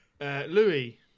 Louis